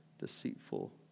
deceitful